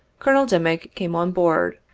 colonel dimick came on board,